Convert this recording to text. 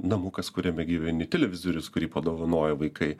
namukas kuriame gyveni televizorius kurį padovanoja vaikai